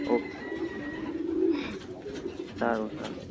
okay સારું સારું